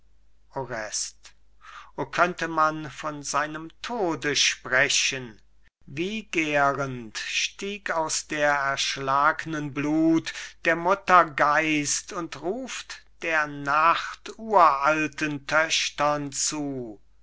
o könnte man von seinem tode sprechen wie gährend stieg aus der erschlagnen blut der mutter geist und ruft der nacht uralten töchtern zu